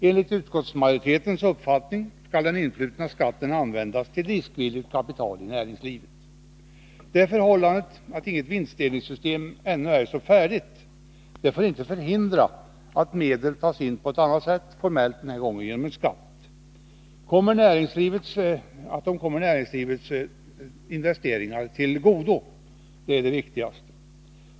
Enligt utskottsmajoritetens uppfattning skall den influtna skatten användas till riskvilligt kapital i näringslivet. Det förhållandet att inget vinstdelningssystem ännu står färdigt får inte förhindra att medel som tas in på annat sätt — den här gången formellt genom en skatt — kommer näringslivets investeringar till godo. Det är det viktigaste.